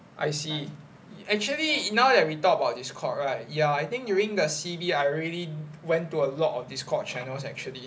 I see actually now that we talk about Discord right ya I think during the C_B I really went to a lot of discord channels actually